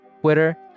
Twitter